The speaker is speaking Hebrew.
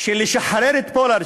של לשחרר את פולארד,